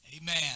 Amen